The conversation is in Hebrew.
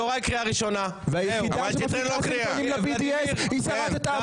BDS חי מתוך כנסת ישראל.